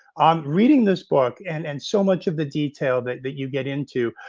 um reading this book and and so much of the detail that that you get in to,